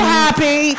happy